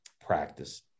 practice